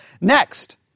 Next